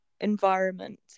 environment